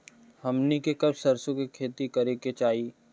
हमनी के कब सरसो क खेती करे के चाही?